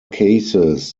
cases